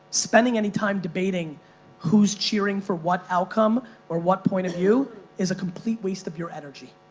spending any time debating who's cheering for one outcome or one point of view is a complete waste of your energy.